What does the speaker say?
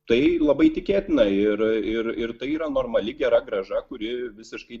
tai labai tikėtina ir ir ir tai yra normali gera grąža kuri visiškai